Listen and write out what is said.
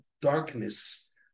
darkness